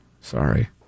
Sorry